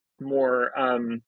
more